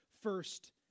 first